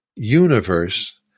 universe